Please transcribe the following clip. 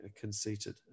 conceited